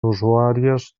usuàries